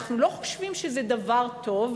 אנחנו לא חושבים שזה דבר טוב,